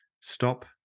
Stop